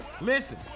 Listen